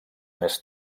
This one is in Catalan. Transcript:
més